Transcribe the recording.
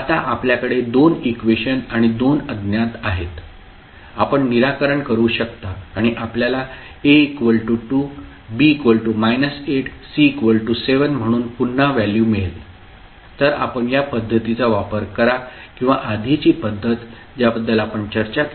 आता आपल्याकडे दोन इक्वेशन आणि दोन अज्ञात आहेत आपण निराकरण करू शकता आणि आपल्याला A 2 B −8 C 7 म्हणून पुन्हा व्हॅल्यू मिळेल तर आपण या पध्दतीचा वापर करा किंवा आधीची पद्धत ज्याबद्दल आपण चर्चा केली